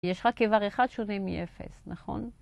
יש רק כבר אחד שונה מ-0, נכון?